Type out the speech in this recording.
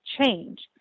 change